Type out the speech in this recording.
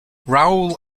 raoul